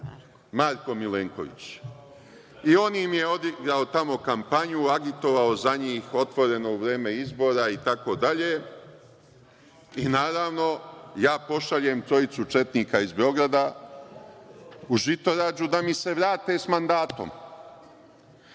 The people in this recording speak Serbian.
Marko Milenković. On im je odigrao tamo kampanju. Agitovao za njih otvoreno u vreme izbora itd. i naravno ja pošaljem trojicu četnika iz Beograda u Žitorađu da mi se vrate sa mandatom.